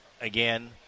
again